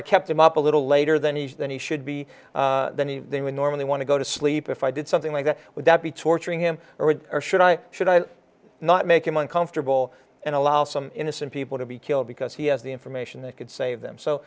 i'd kept him up a little later than that he should be they would normally want to go to sleep if i did something like that would that be torturing him or should i should i not make him uncomfortable and allow some innocent people to be killed because he has the information that could save them so